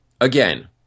again